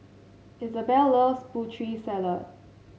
Isabell loves Putri Salad